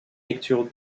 lecture